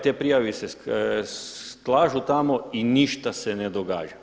Te prijave se slažu tamo i ništa se ne događa.